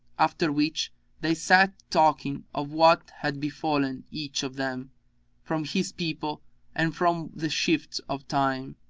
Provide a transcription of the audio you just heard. after which they sat talking of what had befallen each of them from his people and from the shifts of time.